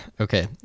okay